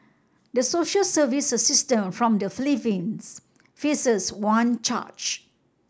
the social service assistant from the Philippines faces one charge